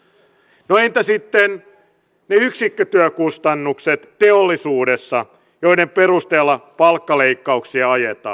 no entä sitten ne yksikkötyökustannukset teollisuudessa joiden perusteella palkkaleikkauksia ajetaan